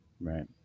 Right